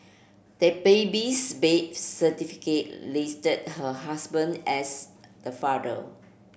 the baby's bath certificate listed her husband as the father